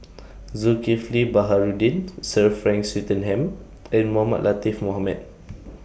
Zulkifli Baharudin Sir Frank Swettenham and Mohamed Latiff Mohamed